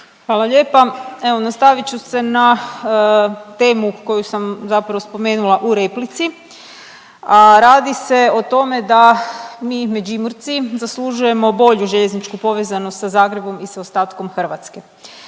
Hvala lijepa. Evo nastavit ću se na temu koju sam zapravo spomenula u replici, a radi se o tome da mi Međimurci zaslužujemo bolju željezničku povezanost sa Zagrebom i sa ostatkom Hrvatske.